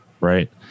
Right